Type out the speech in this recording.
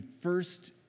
first